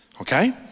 okay